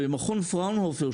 מכון פראונהופר,